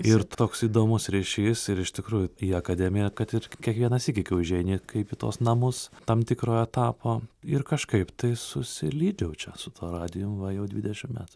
ir toks įdomus ryšys ir iš tikrųjų į akademiją kad ir kiekvieną sykį kai užeini kaip į tuos namus tam tikro etapo ir kažkaip tai susilydžiau čia su tuo radijum va jau dvidešimt metų